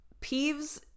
Peeves